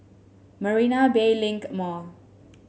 Marina Bay Link Mall